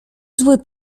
zły